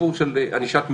הסיפור של ענישת מינימום.